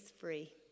free